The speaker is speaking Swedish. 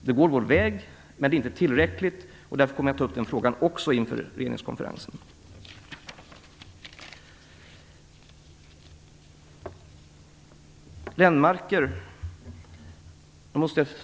Det är ändå inte tillräckligt, och därför kommer jag att ta upp också den frågan inför regeringskonferensen.